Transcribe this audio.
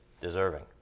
deserving